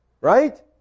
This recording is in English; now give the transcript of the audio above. Right